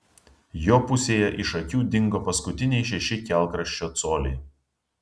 jo pusėje iš akių dingo paskutiniai šeši kelkraščio coliai